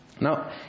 Now